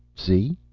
see?